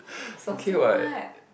so smart